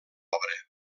obra